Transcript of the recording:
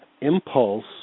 impulse